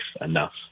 enough